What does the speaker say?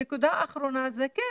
נקודה אחרונה, כן,